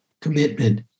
commitment